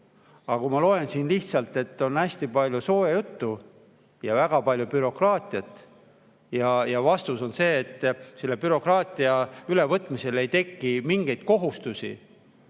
Aga kui ma loen lihtsalt, et on hästi palju sooja juttu ja väga palju bürokraatiat, ja [selgitus] on see, et selle bürokraatia ülevõtmisel ei teki mingeid kohustusi,